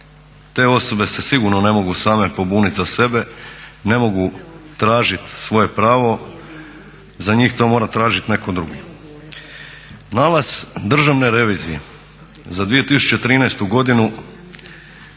Te osobe se sigurno ne mogu same pobuniti za sebe, ne mogu tražit svoje pravo, za njih to mora tražit netko drugi. Nalaz državne revizije za 2013.godinu